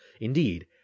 Indeed